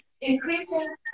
increasing